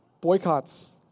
Boycotts